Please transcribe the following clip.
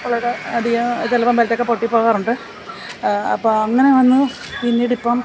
വളരെ അധികം ചിലപ്പം ബെല്റ്റ് ഒക്കെ പൊട്ടിപ്പോകാറുണ്ട് അപ്പോൾ അങ്ങനെ വന്ന് പിന്നീട് ഇപ്പം